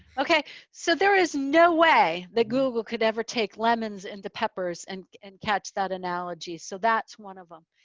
okay, so there is no way that google could ever take lemons into peppers and and catch that analogy. so that's one of them.